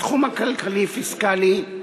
בתחום הכלכלי-פיסקלי: